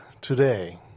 today